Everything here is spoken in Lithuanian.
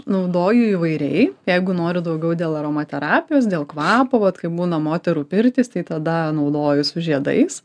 naudoju įvairiai jeigu noriu daugiau dėl aromaterapijos dėl kvapo vat kaip būna moterų pirtys tai tada naudoju su žiedais